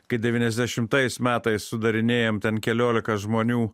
kai devyniasdešimtais metais sudarinėjom ten keliolika žmonių